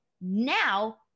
now